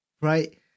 right